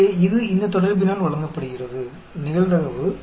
எனவே இது இந்த தொடர்பினால் வழங்கப்படுகிறது நிகழ்தகவு